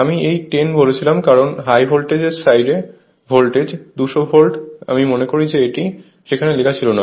আমি এই 10 বলেছিলাম কারণ হাই ভোল্টেজের সাইড ভোল্টেজ 2000 ভোল্ট আমি মনে করি যে এটি সেখানে লেখা ছিল না